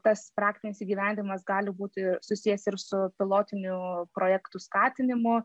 tas praktinis įgyvendinimas gali būti susijęs ir su pilotinių projektų skatinimu